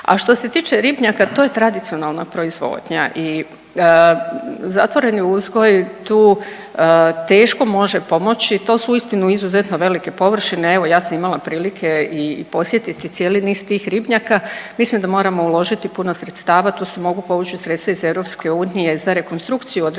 A što se tiče ribnjaka to je tradicionalna proizvodnja. I zatvoreni uzgoj tu teško može pomoći. To su uistinu izuzetno velike površine. Evo ja sam imala prilike i posjetiti cijeli niz tih ribnjaka, mislim da moramo uložiti puno sredstava. Tu se mogu povući sredstva iz EU za rekonstrukciju određenih